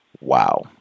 Wow